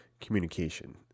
Communication